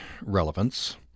relevance